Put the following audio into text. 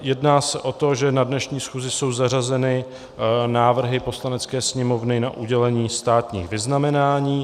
Jedná se o to, že na dnešní schůzi jsou zařazeny návrhy Poslanecké sněmovny na udělení státních vyznamenání.